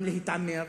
גם להתעמר